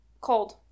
Cold